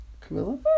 Camilla